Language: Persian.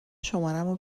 شمارمو